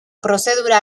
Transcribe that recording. prozedura